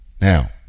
Now